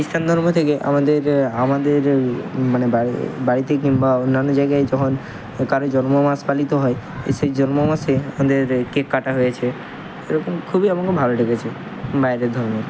খিস্টান ধর্ম থেকে আমাদের আমাদের মানে বাড়িতে কিংবা অন্যান্য জায়গায় যখন কারো জন্ম মাস পালিত হয় সেই জন্ম মাসে আমাদের এই কেক কাটা হয়েছে এরকম খুবই আমাকে ভালো লেগেছে বাইরের ধর্মগুলো